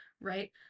right